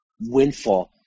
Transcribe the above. windfall